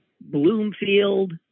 Bloomfield